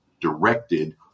directed